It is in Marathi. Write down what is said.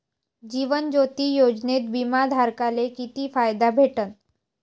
जीवन ज्योती योजनेत बिमा धारकाले किती फायदा भेटन?